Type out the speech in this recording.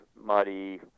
muddy